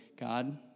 God